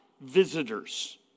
visitors